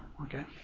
okay